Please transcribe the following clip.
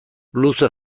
luze